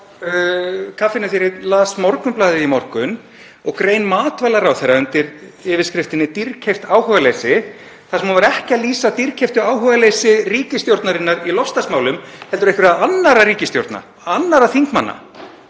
kaffinu þegar ég las Morgunblaðið í morgun og grein matvælaráðherra undir yfirskriftinni „Dýrkeypt áhugaleysi“, þar sem hún var ekki að lýsa dýrkeyptu áhugaleysi ríkisstjórnarinnar í loftslagsmálum heldur einhverra annarra ríkisstjórna og annarra þingmanna.